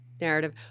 narrative